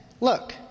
Look